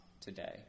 today